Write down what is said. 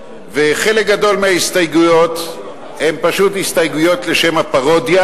חלק גדול מההסתייגויות הן פשוט הסתייגויות לשם הפרודיה,